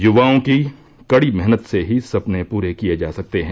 युवाओं की कड़ी मेहनत से ही सपने पूरे किए जा सकते हैं